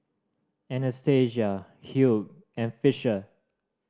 Anastacia Hugh and Fisher